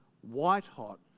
white-hot